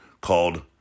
called